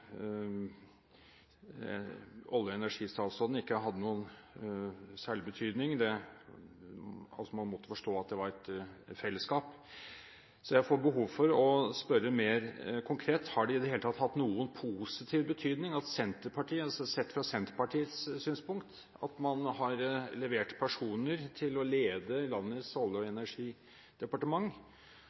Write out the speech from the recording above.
olje- og energistatsråden ikke hadde noen særlig betydning, at man måtte forstå at det var et fellesskap, så jeg får behov for å spørre mer konkret: Har det i det hele tatt hatt noen positiv betydning, sett fra Senterpartiets synspunkt, at man har levert personer til å lede landets olje- og energidepartement?